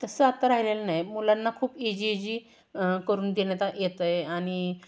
तसं आत्ता राहिलेलं नाही मुलांना खूप एजी एजी करून देण्यात येत आहे आणि